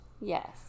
Yes